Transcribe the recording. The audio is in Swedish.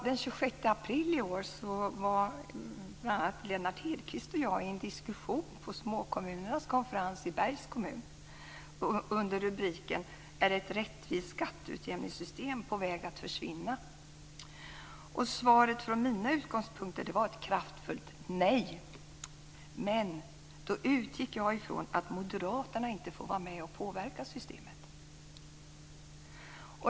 Den 26 april i år var bl.a. Lennart Hedquist och jag med i en diskussion på Småkommunernas konferens i Bergs kommun under rubriken Är ett rättvist skatteutjämningssystem på väg att försvinna? Svaret, från mina utgångspunkter, var ett kraftfullt nej, men då utgick jag från att moderaterna inte får vara med och påverka systemet.